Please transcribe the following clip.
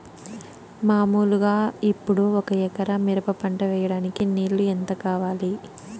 మామూలుగా ఇప్పుడు ఒక ఎకరా మిరప పంట వేయడానికి నీళ్లు ఎంత కావాలి?